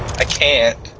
i can